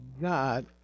god